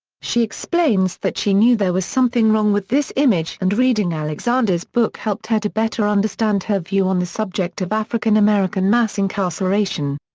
she explains that she knew there was something wrong with this image and reading alexander's book helped her to better understand her view on the subject of african american mass incarceration.